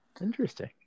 interesting